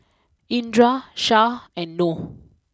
Indra Shah and Noh